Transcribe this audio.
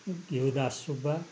Ghiudas Subba